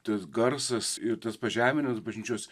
tas garsas ir tas pažeminęs bažnyčios